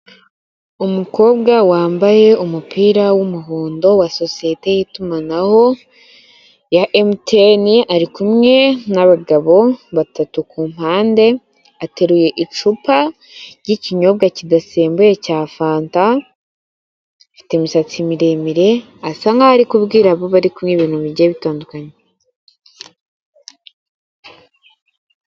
Umukobwa wambaye umupira w'umuhondo wa sosiyete y'itumanaho ya emutiyeni ari kumwe n'abagabo batatu kumpande ateruye icupa ry'ikinyobwa kidasembuye cya fanta afite imisatsi miremire asa nk'aho ari kubwira abo bari kumwe ibintu bigiye bitandukanye.